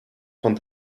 von